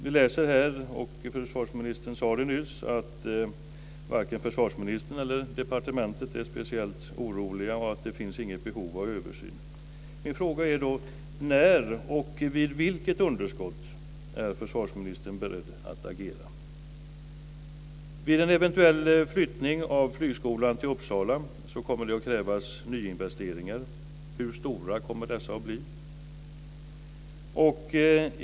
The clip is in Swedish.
Vi läser här, och försvarsministern sade nyss, att varken försvarsministern eller departementet är speciellt oroliga och att det inte finns något behov av översyn. Min fråga är då: När och vid vilket underskott är försvarsministern beredd att agera? Vid en eventuell flyttning av flygskolan till Uppsala kommer det att krävas nyinvesteringar. Hur stora kommer dessa att bli?